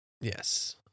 Yes